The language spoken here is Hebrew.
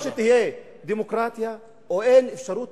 או שתהיה דמוקרטיה, או, אין אפשרות